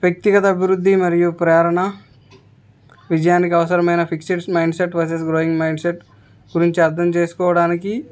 వ్యక్తిగత అభివృద్ధి మరియు ప్రేరణ విజయానికి అవసరమైన fixed mindset versus growing mindset గురించి అర్థం చేసుకోవడానికి